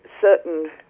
certain